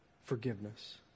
forgiveness